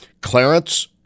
Clarence